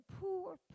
poor